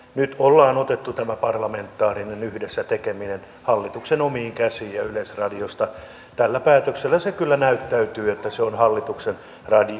nyt ollaan otettu tämä parlamentaarinen yhdessä tekeminen hallituksen omiin käsiin ja tällä päätöksellä kyllä näyttäytyy että yleisradio on hallituksen radio